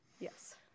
Yes